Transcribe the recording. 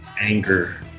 anger